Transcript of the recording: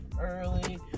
early